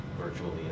virtually